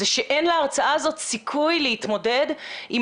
זה שאין להרצאה הזאת סיכוי להתמודד עם